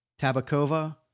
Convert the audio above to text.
Tabakova